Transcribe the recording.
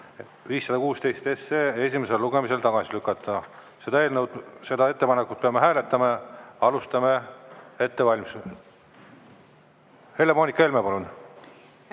516 esimesel lugemisel tagasi lükata. Seda ettepanekut peame hääletama ja alustame ettevalmistusi. Helle-Moonika Helme, palun!